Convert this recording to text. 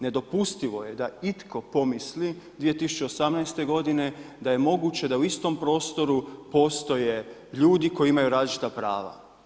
Nedopustivo je da itko pomisli 2018. godine da je moguće da u istom prostoru postoje ljudi koji imaju različita prava.